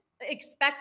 expect